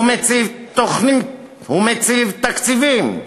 הוא מציב תוכנית, הוא מציב תקציבים,